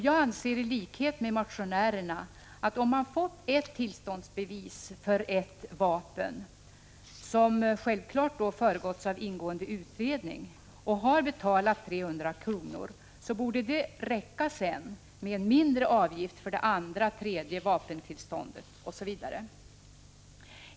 Jag anser i likhet med motionärerna att om man fått ett tillståndsbevis för ett vapen, som självfallet föregåtts av en ingående utredning, och har betalat 300 kr., borde det sedan räcka med en mindre avgift för det andra, tredje osv. vapentillståndet.